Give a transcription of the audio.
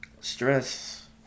Stress